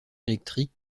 électrique